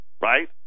right